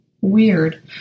Weird